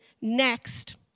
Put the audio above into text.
next